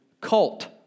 cult